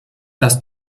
dass